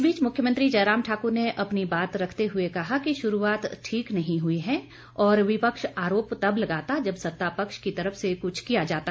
इस बीच मुख्यमंत्री जयराम ठाकुर ने अपनी बात रखते हुए कहा कि शुरूआत ठीक नहीं हुई है और विपक्ष आरोप तब लगाता जब सत्ता पक्ष की तरफ से कुछ किया जाता